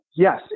Yes